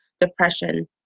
depression